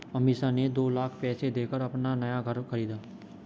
अमीषा ने दो लाख पैसे देकर अपना नया घर खरीदा